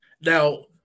Now